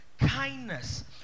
kindness